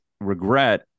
regret